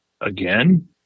again